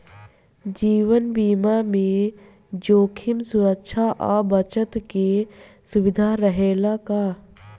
जीवन बीमा में जोखिम सुरक्षा आ बचत के सुविधा रहेला का?